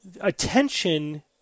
attention